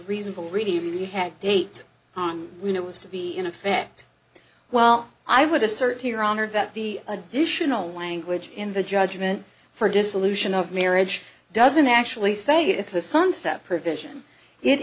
reasonable reading ability had dates on when it was to be in effect well i would assert here honor that the additional language in the judgment for dissolution of marriage doesn't actually say it's a sunset provision it